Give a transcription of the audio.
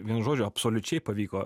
vienu žodžiu absoliučiai pavyko